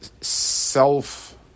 self